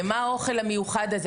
למה האוכל המיוחד הזה?